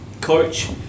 coach